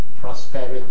prosperity